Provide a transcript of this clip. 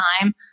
time